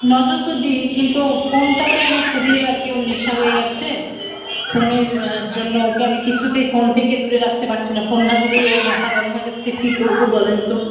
নজর তো দিই কিন্তু ফোনটাতে মানে খুবই আর কি ওর নেশা হয়ে গেছে ফোনের জন্য ওকে আমি কিছুতেই ফোন থেকে দূরে রাখতে পারছি না ফোন না দিলেই ওর মাথা গরম হয়ে যাচ্ছে কী করবো বলেন তো